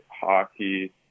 hockey